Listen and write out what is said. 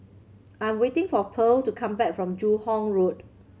I'm waiting for Pearl to come back from Joo Hong Road